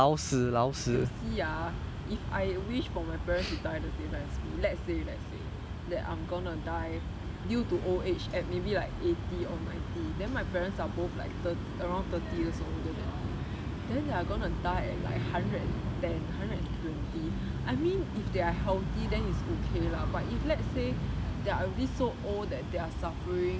okay you see ah if I wish for my parents to die the same day as me let's say let's say that I'm gonna die due to old age at maybe like eighty or ninety then my parents are both like around thirty years older than me then they are going to die at like hundred and ten hundred and twenty I mean if they are healthy then is okay lah but if let's say they are already so old that they're suffering